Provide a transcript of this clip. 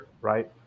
Right